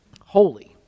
holy